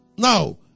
Now